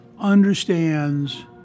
understands